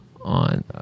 on